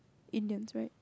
Indians right